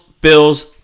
Bills